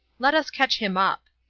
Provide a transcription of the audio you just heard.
let us catch him up.